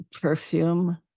Perfume